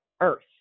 earth